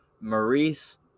Maurice